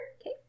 Okay